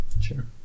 Sure